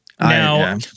Now